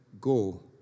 Go